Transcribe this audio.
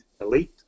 Elite